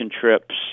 trips